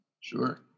Sure